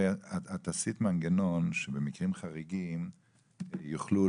הרי את עשית מנגנון שבמקרים חריגים יוכלו